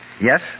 Yes